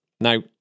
now